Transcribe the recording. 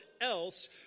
else